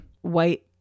white